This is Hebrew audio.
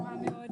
בצורה מאוד